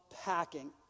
packing